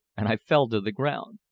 and i fell to the ground.